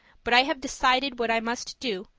but i have decided what i must do,